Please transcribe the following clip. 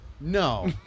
No